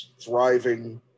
thriving